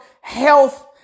health